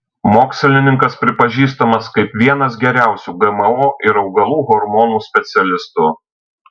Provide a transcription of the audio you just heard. mokslininkas pripažįstamas kaip vienas geriausių gmo ir augalų hormonų specialistų